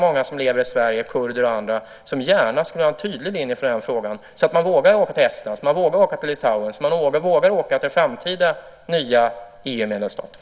Många som lever i Sverige, kurder och andra, skulle vilja ha en tydlig linje i den frågan så att de vågar åka till Estland, Litauen och till framtida nya EU-medlemsstater.